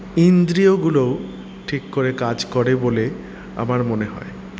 ইন্দ্রিয়গুলো ঠিক করে কাজ করে বলে আমার মনে হয়